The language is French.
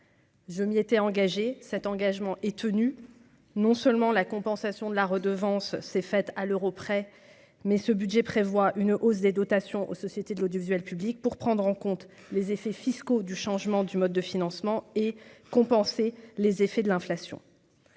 Je m'y étais engagé cet engagement est tenu non seulement la compensation de la redevance c'est fait à l'euro près mais ce budget prévoit une hausse des dotations aux sociétés de l'audiovisuel public pour prendre en compte les effets fiscaux du changement du mode de financement et compenser les effets de l'inflation.